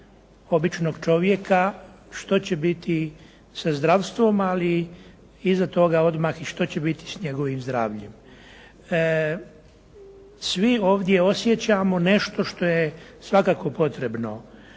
običnog čovjeka što će biti sa zdravstvom, ali iza toga odmah što će biti sa njegovim zdravljem. Svi ovdje osjećamo nešto što je svakako potrebno